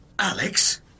Alex